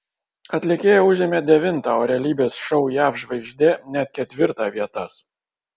atlikėja užėmė devintą o realybės šou jav žvaigždė net ketvirtą vietas